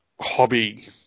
hobby